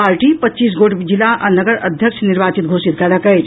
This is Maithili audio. पार्टी पच्चीस गोट जिला आ नगर अध्यक्ष निर्वाचित घोषित कयलक अछि